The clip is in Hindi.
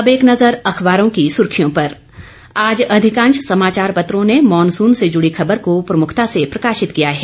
अब एक नजर अखबारों की सुर्खियों पर आज अधिकांश समाचार पत्रों ने मानसून से जुड़ी खबर को प्रमुखता से प्रकाशित किया है